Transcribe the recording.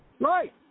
Right